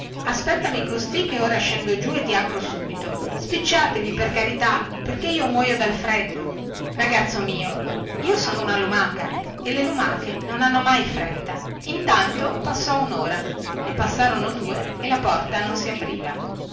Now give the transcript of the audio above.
aspettami costì che ora scendo giù e ti apro subito spicciatevi per carità perché io muoio dal freddo ragazzo mio io sono una lumaca e le lumache non hanno mai fretta intanto passò unora ne passarono due e la porta non si apriva